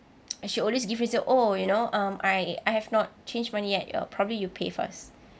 and she always give reason oh you know um I I have not changed money yet ya probably you pay first